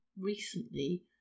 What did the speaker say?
recently